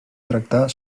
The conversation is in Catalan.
tractar